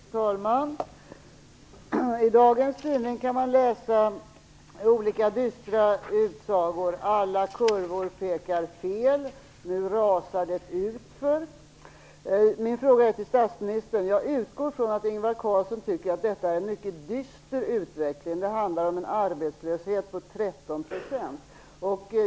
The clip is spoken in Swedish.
Fru talman! I dagens tidning kan man läsa olika dystra utsagor, t.ex. alla kurvor pekar fel och nu rasar det utför. Min fråga är till statsministern. Jag utgår ifrån att Ingvar Carlsson tycker att detta är en mycket dyster utveckling. Det handlar om en arbetslöshet på 13 %.